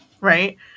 right